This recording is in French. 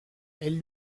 elle